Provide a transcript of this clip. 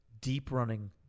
deep-running